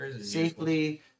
safely